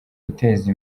guteza